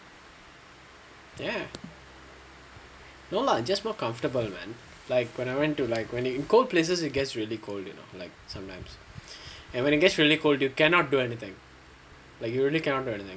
ya no lah just more comfortable [what] like when I went to like cold places it gets really cold you know like sometimes and when it gets really cold you cannot do anything like you really cannot do anything